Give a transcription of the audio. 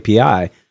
API